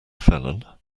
felon